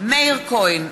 מאיר כהן,